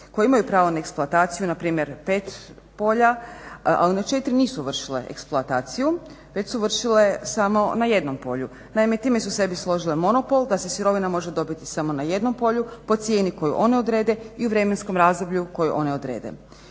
koje imaju pravo na eksploataciju, na primjer 5 polja, ali na 4 nisu vršile eksploataciju već su vršile samo na jednom polju. Naime, time su sebi složile monopol da se sirovina može dobiti samo na jednom polju po cijeni koju oni odrede i u vremenskom razdoblju koje oni odrede.